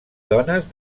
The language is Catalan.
dones